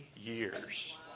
years